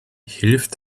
hilft